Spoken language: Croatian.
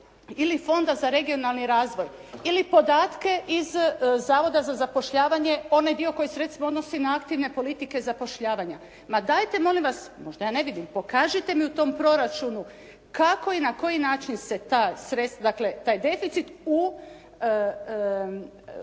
ili Fonda za raegionalni razvoj ili podatke iz Zavoda za zapošljavanje, onaj dio koji se recimo odnosi na aktivne politike zapošljavanja. Ma dajte molim vas, možda ja ne vidim, pokažite mi u tom proračunu kako i na koji način se ta sredstva, dakle taj deficit u,